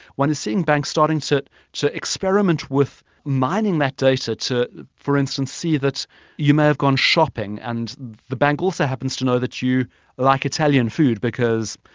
one is seeing banks starting to to experiment with mining that data to, for instance, see that you may have gone shopping and the bank also happens to know that you like italian food because,